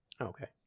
okay